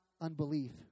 unbelief